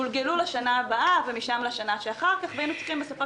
גולגלו לשנה הבאה ומשם לשנה שאחר כך והיינו צריכים בסופו